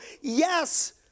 yes